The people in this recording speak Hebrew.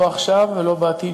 לא עכשיו ולא בעתיד,